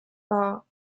war